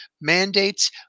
mandates